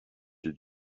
des